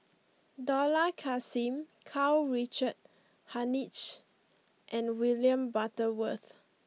Dollah Kassim Karl Richard Hanitsch and William Butterworth